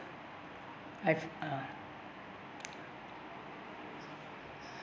I've uh